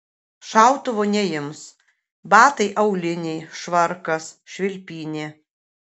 šautuvo neims batai auliniai švarkas švilpynė